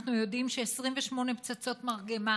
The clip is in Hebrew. אנחנו יודעים ש-28 פצצות מרגמה